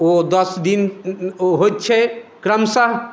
ओ दश दिन ओ होइत छै क्रमशः